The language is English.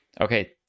okay